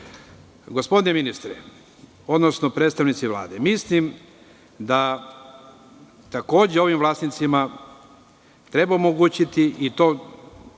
godine. Gospodine ministre, odnosno predstavnici Vlade, mislim da takođe ovim vlasnicima treba omogućiti